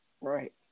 Right